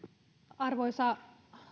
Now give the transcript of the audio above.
arvoisa